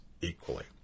equally